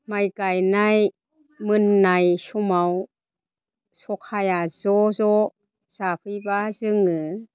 माइ गायनाय मोननाय समाव सखाया ज' ज' जाफैबा जोङो